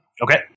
Okay